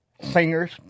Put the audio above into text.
singers